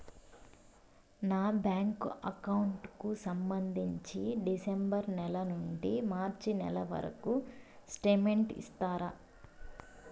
నా bank account కు సంబంధించి డిసెంబరు నెల నుండి మార్చి నెలవరకు స్టేట్మెంట్ ఇస్తారా?